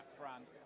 front